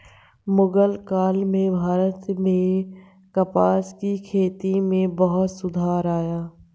मुग़ल काल में भारत में कपास की खेती में बहुत सुधार आया